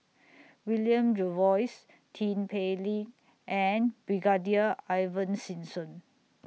William Jervois Tin Pei Ling and Brigadier Ivan Simson